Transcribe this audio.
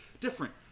different